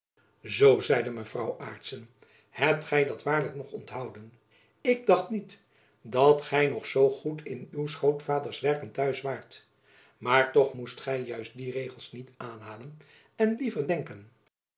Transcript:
zoo zeide mevrouw aarssen hebt gy dat waarlijk nog onthouden ik dacht niet dat gy nog zoo goed in uws grootvaders werken t'huis waart maar toch moest gy juist die regels niet aanhalen en liever denken